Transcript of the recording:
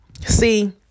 See